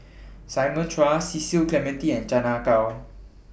Simon Chua Cecil Clementi and Chan Ah Kow